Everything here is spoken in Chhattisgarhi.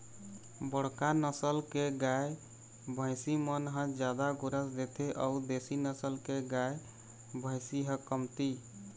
बड़का नसल के गाय, भइसी मन ह जादा गोरस देथे अउ देसी नसल के गाय, भइसी ह कमती